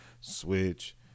Switch